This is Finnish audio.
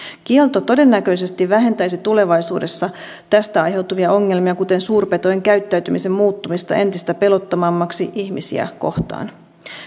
kielto todennäköisesti vähentäisi tulevaisuudessa tästä aiheutuvia ongelmia kuten suurpetojen käyttäytymisen muuttumista entistä pelottomammaksi ihmisiä kohtaan